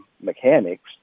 mechanics